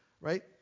right